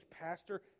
Pastor